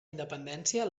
independència